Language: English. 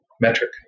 metric